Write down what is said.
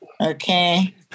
Okay